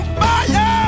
fire